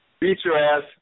beat-your-ass